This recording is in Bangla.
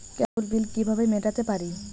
কেবল বিল কিভাবে মেটাতে পারি?